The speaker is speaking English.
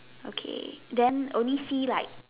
okay then only see like